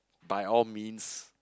by all means